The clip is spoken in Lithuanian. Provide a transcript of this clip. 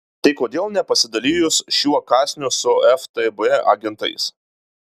tai kodėl nepasidalijus šiuo kąsniu su ftb agentais